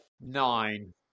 Nine